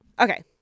Okay